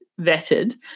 vetted